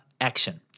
action